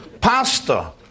pasta